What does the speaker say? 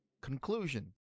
Conclusion